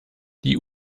die